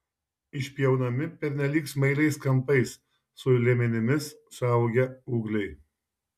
išpjaunami pernelyg smailiais kampais su liemenimis suaugę ūgliai